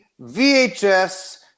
VHS